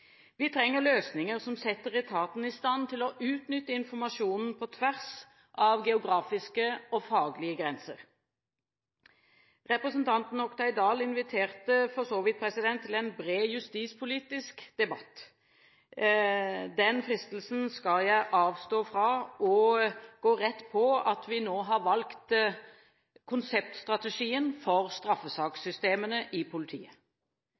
Vi trenger løsninger som setter etaten i stand til å utnytte informasjonen på tvers av geografiske og faglige grenser. Representanten Oktay Dahl inviterte for så vidt til en bred justispolitisk debatt. Den fristelsen skal jeg motstå og gå rett på at vi nå har valgt konseptstrategien for straffesakssystemene i politiet.